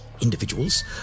individuals